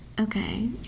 Okay